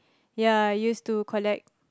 ya I used to collect